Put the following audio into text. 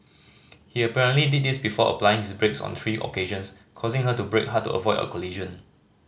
he apparently did this before applying his brakes on three occasions causing her to brake hard to avoid a collision